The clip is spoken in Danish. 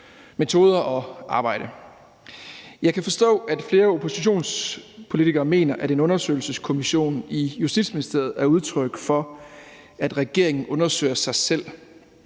metoder og arbejde. Jeg kan forstå, at flere oppositionspolitikere mener, at en undersøgelseskommission i Justitsministeriet er udtryk for, at regeringen undersøger sig selv,